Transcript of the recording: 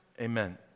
Amen